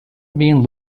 being